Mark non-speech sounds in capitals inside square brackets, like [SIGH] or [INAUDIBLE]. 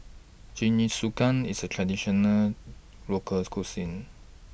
Jingisukan IS A Traditional [NOISE] Local Cuisine